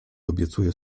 obiecuję